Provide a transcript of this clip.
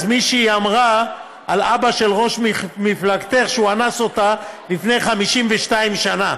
מישהי אמרה על אבא של ראש מפלגתך שהוא אנס אותה לפני 52 שנה,